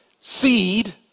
seed